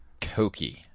Cokie